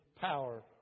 power